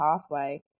pathway